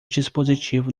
dispositivo